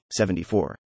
74